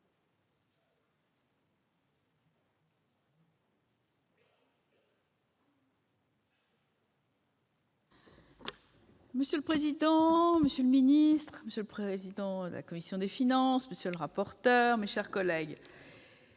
Monsieur le président, monsieur le secrétaire d'État, monsieur le vice-président de la commission des finances, monsieur le rapporteur, mes chers collègues,